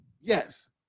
Yes